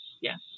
Yes